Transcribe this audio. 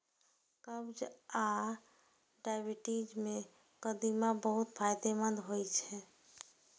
कब्ज आ डायबिटीज मे कदीमा बहुत फायदेमंद होइ छै